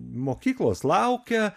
mokyklos laukia